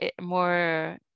more